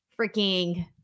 freaking